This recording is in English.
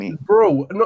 bro